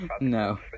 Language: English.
No